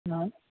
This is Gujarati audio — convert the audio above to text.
હ